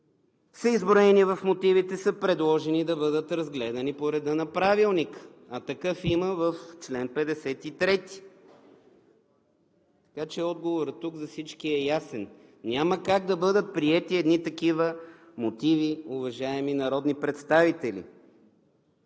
изброени в мотивите, са предложени да бъдат разгледани по реда на Правилника? А такъв има в чл. 53. Отговорът тук за всички е ясен – няма как да бъдат приети едни такива мотиви, уважаеми народни представители.